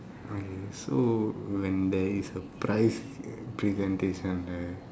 okay so when there is a prize presentation right